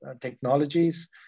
technologies